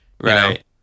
Right